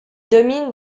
domine